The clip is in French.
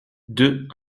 deux